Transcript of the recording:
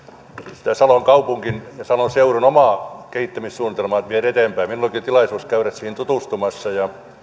sitä salon kaupungin ja salon seudun omaa kehittämissuunnitelmaa viedä eteenpäin meillä olikin tilaisuus käydä siihen tutustumassa ja